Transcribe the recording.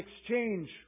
exchange